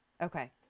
Okay